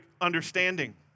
understanding